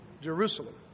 Jerusalem